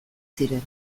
ziren